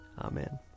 Amen